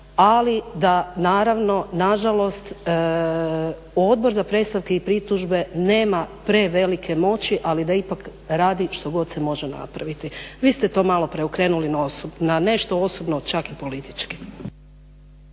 Ali da naravno, na žalost Odbor za predstavke i pritužbe nema prevelike moći, ali da ipak radi što god se može napraviti. Vi ste to malo preokrenuli na nešto osobno, čak i politički.